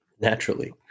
naturally